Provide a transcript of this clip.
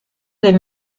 les